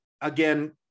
again